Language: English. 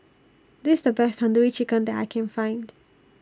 This IS The Best Tandoori Chicken that I Can Find